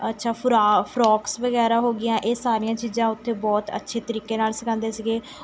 ਅੱਛਾ frock frocks ਵਗੈਰਾ ਹੋ ਗਈਆਂ ਇਹ ਸਾਰੀਆਂ ਚੀਜ਼ਾਂ ਉੱਥੇ ਬਹੁਤ ਅੱਛੇ ਤਰੀਕੇ ਨਾਲ਼ ਸਿਖਾਉਂਦੇ ਸੀਗੇ